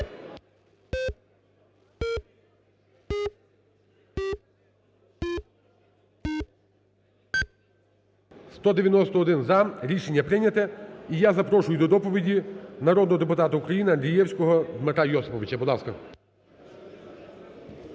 За-191 Рішення прийняте. І я запрошую до доповіді народного депутата України Андрієвського Дмитра Йосиповича, будь ласка.